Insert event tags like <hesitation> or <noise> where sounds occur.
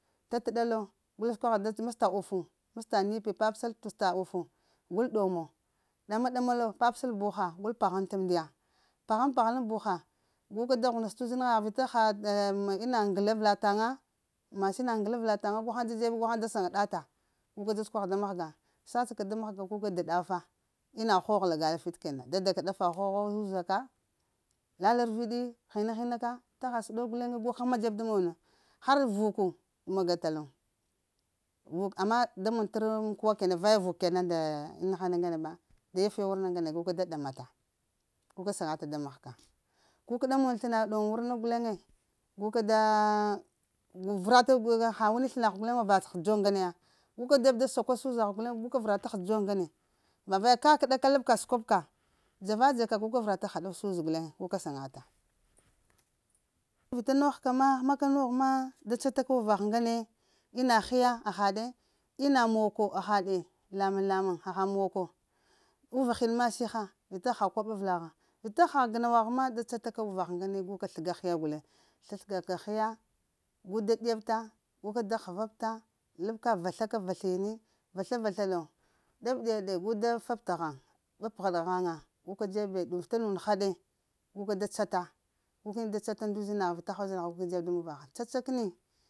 Ta təɗa lo gul da səkwagha si məsta ufu mesta npi papəsal t'sta ufu, gul ɗomo ɗama-ɗama lo papəsal buha gul pahənta amdiya, paghaŋ paghalən buha, guka da hunəst t'uzinaha vita haɗe məŋ <hesitation> ina ŋglə avəla taŋa mashina avəlatan na gu ghaŋ da dzeb na gu ghan da saŋa da ta gu ka da səkwaha da mahga sasa ka mahga guka də ɗafa, ina ghogh lagala fit kena dada ka ɗafa ghogho zuza ka lala arviɗi hina-hina zuza ka lala arviɗi hina-hina ka, tagha səɗok guleŋ gu həma dzeb da mono, har vuka magatalo, vuk ama da mog ter amkwa kena vaye vuk kena nda ina hana ngana ba, da yaf ta wurna ŋgane gu ka da ɗamata guka saŋa ta da mahga. Kukəɗa sləna ɗam wurna gulene guka daa, vərata ha wani sləna guleŋ wo hə dzoŋ gəna ya guka dzeɓ da sakwa suzagh guleŋ vərata hə dzon ŋgane va vaje ka kəɗa ka gu ka labta səkuka, dza va dza ka gu ka vəra ta haɗaf suz guleŋ suka saya ta, vita nogh ka ma həma ka nogh ma da cata ka uvagh ŋgane ina hiya hahaɗe ina moko hahaɗe lamuŋ-lamuŋ haha moko uvahin ma siha, vita haha gnawagh ma da tsata ka uvagh ŋgane gu ka sləga hiya guleŋ, slasləga ka hiya guda ɗiyapta gu ka da həvapta labka vasla ka raslini vasla-vasla lo ɗab ɗiya ɗe guda fa t'ghaŋ papəghaɗ ghaza, guka dzebe, vita nunəha ɗe guka da cata gu kəni da cata nda uzinagha vita haha uzinaha gu kəni dzeb da muvaha, caca kəni